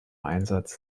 einsatz